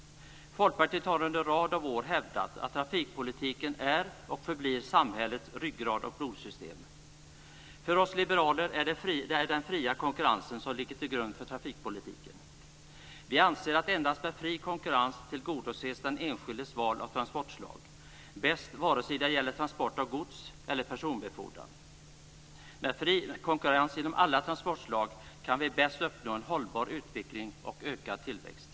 Folkpartiet har under en rad år hävdat att trafikpolitiken är och förblir samhällets ryggrad och blodsystem. För oss liberaler är det den fria konkurrensen som ligger till grund för trafikpolitiken. Vi anser att endast med fri konkurrens tillgodoses den enskildes val av transportslag bäst, vare sig det gäller transport av gods eller det gäller personbefordran. Med fri konkurrens inom alla transportslag kan vi bäst uppnå en hållbar utveckling och ökad tillväxt.